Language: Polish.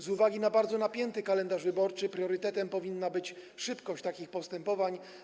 Z uwagi na bardzo napięty kalendarz wyborczy priorytetem powinna być szybkość takich postępowań.